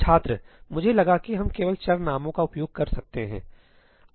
छात्रमुझे लगा कि हम केवल चर नामों का उपयोग कर सकते हैं